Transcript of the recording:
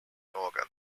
organ